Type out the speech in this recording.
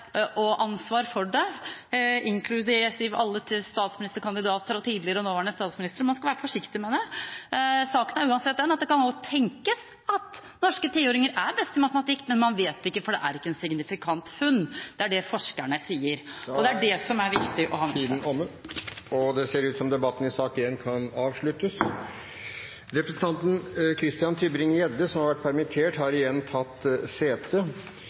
og ansvar for det, inklusiv alle statsministerkandidater og tidligere og nåværende statsministre. Man skal være litt forsiktig med det. Saken er uansett den at det godt kan tenkes at norske tiåringer er best i matematikk, men man vet det ikke, for det er ikke signifikante funn. Det er det forskerne sier, og det er det som er viktig å ha med seg. Flere har ikke bedt om ordet til sak nr. 1. Representanten Christian Tybring-Gjedde, som har vært permittert, har igjen tatt sete.